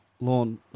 Lawn